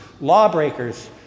lawbreakers